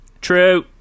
True